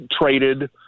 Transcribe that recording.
traded